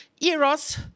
Eros